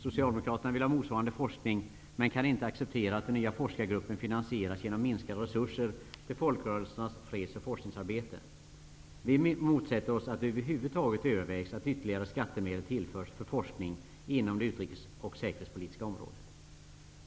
Socialdemokraterna vill ha motsvarande forskning, men kan inte acceptera att den nya forskningsgruppen finansieras genom minskade resurser till folkrörelsernas freds och forskningsarbete. Vi motsätter oss att det över huvud taget övervägs att ytterligare skattemedel tillförs för forskning inom det utrikes och säkerhetspolitiska området.